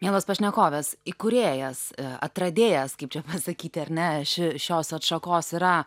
mielos pašnekovės įkūrėjas atradėjas kaip čia pasakyti ar ne ši šios atšakos yra